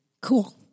Cool